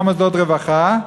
גם מוסדות רווחה,